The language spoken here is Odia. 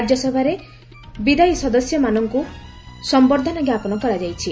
ରାଜ୍ୟସଭାରେ ବଦାୟୀ ସଦସ୍ୟମାନଙ୍କୁ ସମ୍ଭର୍ଦ୍ଧନା ଜ୍ଞାପନ କରାଯାଇଛି